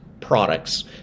products